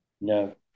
No